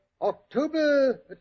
October